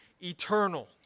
eternal